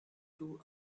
two